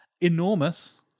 enormous